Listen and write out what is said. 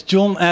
John